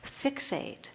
fixate